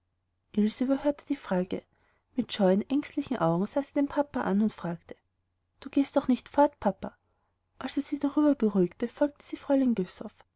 überhörte die frage mit scheuen ängstlichen augen sah sie den vater an und fragte du gehst doch nicht fort papa als er sie darüber beruhigte folgte sie